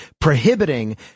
prohibiting